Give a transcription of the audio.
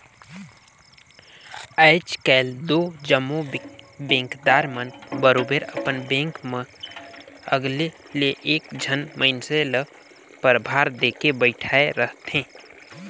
आएज काएल दो जम्मो बेंकदार मन बरोबेर अपन बेंक मन में अलगे ले एक झन मइनसे ल परभार देके बइठाएर रहथे